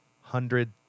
hundred